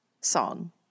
song